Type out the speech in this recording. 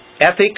ethics